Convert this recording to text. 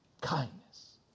kindness